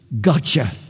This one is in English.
gotcha